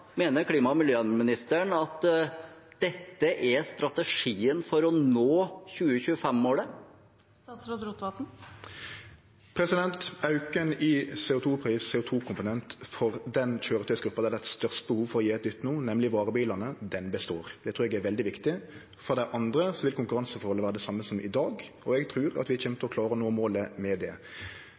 klima- og miljøministeren at dette er strategien for å nå 2025-målet? Auken i CO 2 -pris, CO 2 -komponent, for den køyretøygruppa der det er størst behov for å gje eit dytt no, nemleg varebilane, består. Det trur eg er veldig viktig. For det andre vil konkurranseforholdet vere det same som i dag, og eg trur at vi kjem til å klare å nå målet med det.